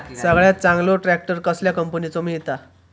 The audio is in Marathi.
सगळ्यात चांगलो ट्रॅक्टर कसल्या कंपनीचो मिळता?